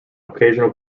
occasional